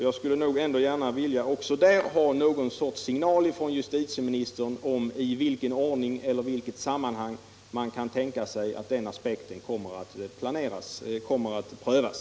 Jag skulle vilja ha något slags signal från justitieministern om i vilken ordning cller i vilket sammanhang man kan tänka sig att denna aspekt kommer att prövas.